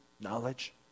knowledge